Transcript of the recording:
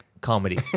comedy